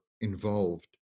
involved